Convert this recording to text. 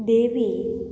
देवी